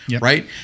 Right